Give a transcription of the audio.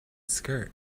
skirt